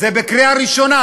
זה לקריאה ראשונה,